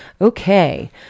Okay